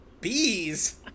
Bees